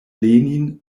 lenin